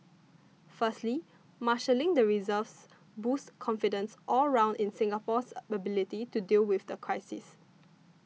firstly marshalling the reserves boosts confidence all round in Singapore's ability to deal with the crisis